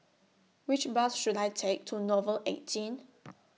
Which Bus should I Take to Nouvel eighteen